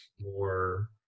more